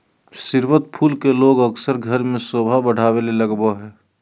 स्रीवत फूल के लोग अक्सर घर में सोभा बढ़ावे ले लगबा हइ